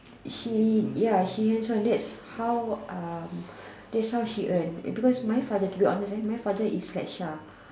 she ya she hands on that's how um that's how she earn because my father to be honest my father is like Sha